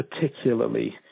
particularly